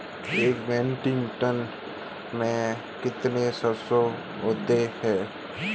एक metric ton में कितनी सरसों होती है?